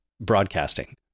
broadcasting